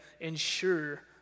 ensure